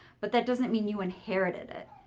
but that doesn't mean you inherited it.